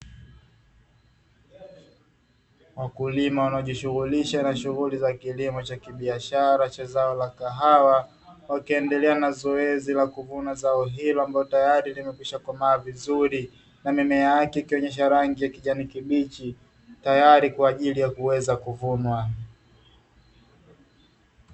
Wakulima wanaojishughulisha na shughuli za kilimo cha kibiashara cha zao la kahawa, wakiendelea na zoezi la kuvuna zao hilo ambalo tayari limekwisha komaa vizuri na mimea yake ikionyesha rangi ya kijani kibichi, tayari kwaajili ya kuweza kuvunwa.